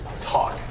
talk